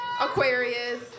Aquarius